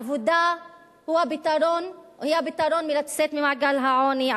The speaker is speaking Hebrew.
עבודה היא הפתרון ליציאה ממעגל העוני.